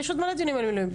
יש המון דיונים על מילואים.